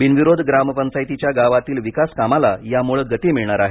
बिनविरोध ग्रामपंचायतीच्या गावातील विकास कामाला यामूळे गती मिळणार आहे